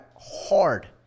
hard